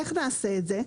איך לעשות את זה?